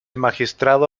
magistrado